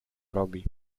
robi